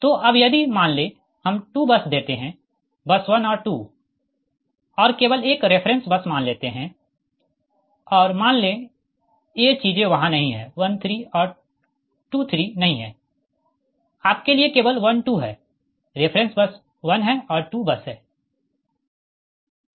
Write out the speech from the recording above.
तो अब यदि मान ले हम 2 बस देते है बस 1 और 2 और केवल एक रेफ़रेंस बस मान लेते है और मान ले ये चीजें वहाँ नही है 1 3 और 2 3 नहीं है आपके लिए केवल 1 2 है रेफ़रेंस बस 1 है और 2 बस है